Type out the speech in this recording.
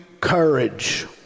courage